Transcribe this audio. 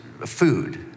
food